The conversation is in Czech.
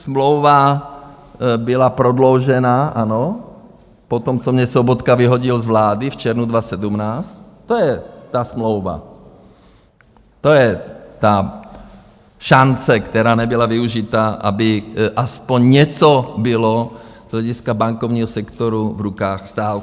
Smlouva byla prodloužena, ano, potom, co mě Sobotka vyhodil z vlády v červnu 2017, to je ta smlouva, to je ta šance, která nebyla využita, aby aspoň něco bylo z hlediska bankovního sektoru v rukách státu.